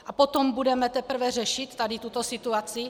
A potom budeme teprve řešit tady tuto situaci?